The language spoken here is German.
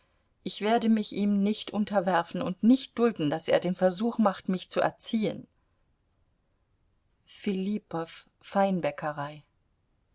ich werde mich ihm nicht unterwerfen und nicht dulden daß er den versuch macht mich zu erziehen